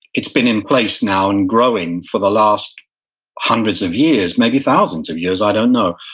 it's been in place now and growing for the last hundreds of years, maybe thousands of years, i don't know.